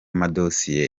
madosiye